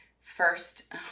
first